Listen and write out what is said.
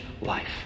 life